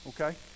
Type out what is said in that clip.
okay